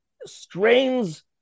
strains